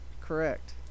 Correct